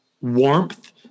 warmth